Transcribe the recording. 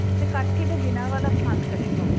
ਤੇ ਕਾਠੀ ਤੇ ਬਿਨਾਂ ਵਾਲਾ ਪਸੰਦ ਕਰੇਗਾ ਉਹ